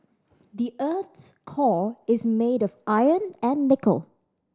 the earth's core is made of iron and nickel